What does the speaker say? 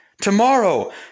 tomorrow